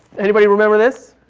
anybody remember this?